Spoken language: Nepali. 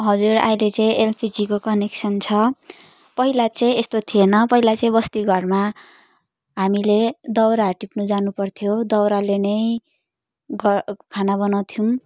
हजुर अहिले चाहिँ एलपिजीको कनेक्सन छ पहिला चाहिँ यस्तो थिएन पहिला चाहिँ बस्ती घरमा हामीले दाउराहरू टिप्नु हानु पर्थ्यो दाउराले नै घ खाना बनाउथ्यौँ